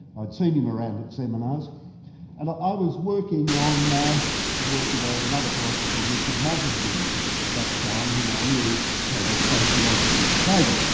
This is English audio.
i'd seen him around at seminars, and i was working on the the work of another philosopher called richard montague at that time, whom i knew had a close relationship with david.